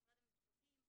משרד המשפטים,